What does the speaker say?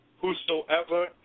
Whosoever